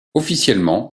officiellement